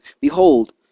Behold